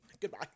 goodbye